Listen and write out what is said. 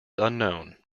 unknown